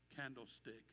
candlestick